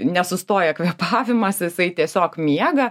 nesustoja kvėpavimas jisai tiesiog miega